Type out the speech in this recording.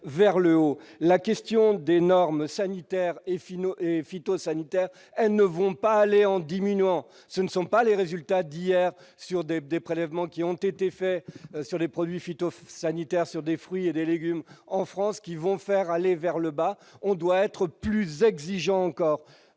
vers le haut la question des normes sanitaires et finaux et phytosanitaires, elles ne vont pas aller en diminuant, ce ne sont pas les résultats d'hier sur des prélèvements qui ont été faits sur les produits phyto-sanitaires sur des fruits et des légumes en France qui vont faire aller vers le bas, on doit être plus exigeant encore